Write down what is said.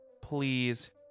please